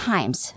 Times